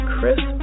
Chris